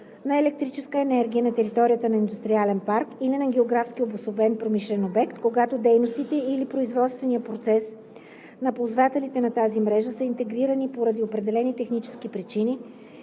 на електрическа енергия на територията на индустриален парк или на географски обособен промишлен обект, когато дейностите или производственият процес на ползвателите на тази мрежа са интегрирани поради определени технически причини